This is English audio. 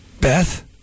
Beth